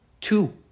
two